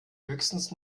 höchstens